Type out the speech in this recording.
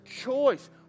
choice